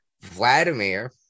Vladimir